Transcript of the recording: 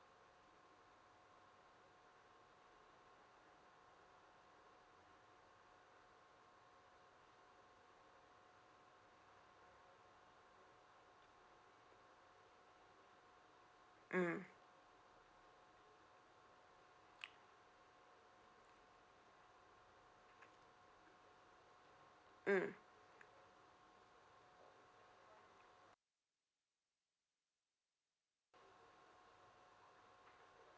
mm mm